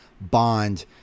Bond